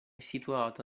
situata